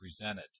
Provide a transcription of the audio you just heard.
presented